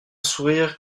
sourire